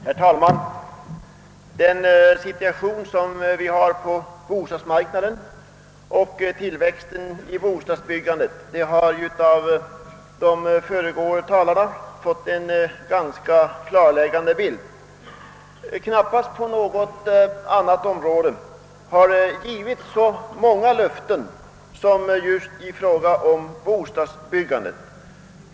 Herr talman! Den situation vi har på bostadsmarknaden, inte minst i fråga om tillväxten av bostadsbyggandet, har av de föregående talarna fått en ganska klarläggande belysning. Knappast på något annat område har det givits så många löften som just i fråga om bostadsbyggandet.